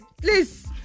please